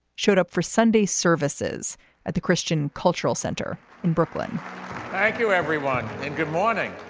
showed up for sunday services at the christian cultural center in brooklyn thank you, everyone and good morning